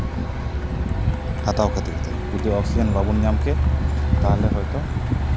ᱦᱟᱛᱟᱣ ᱠᱷᱟᱹᱛᱤᱨ ᱛᱮ ᱡᱩᱫᱤ ᱚᱠᱥᱤᱡᱮᱱ ᱵᱟᱵᱚᱱ ᱧᱟᱢ ᱠᱮ ᱛᱟᱦᱚᱞᱮ ᱦᱚᱭᱛᱳ